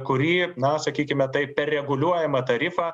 kurį na sakykime taip per reguliuojamą tarifą